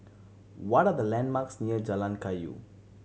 what are the landmarks near Jalan Kayu